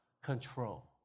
control